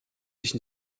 sich